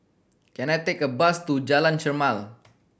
can I take a bus to Jalan Chermai